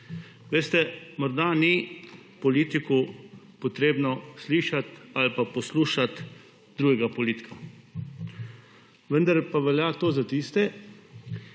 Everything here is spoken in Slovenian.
Veste morda ni politiku potrebno slišati ali pa poslušati drugega politika, vendar pa velja to za tiste,